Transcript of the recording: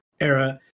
era